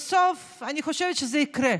בסוף אני חושבת שזה יקרה.